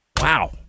wow